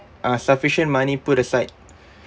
uh sufficient money put aside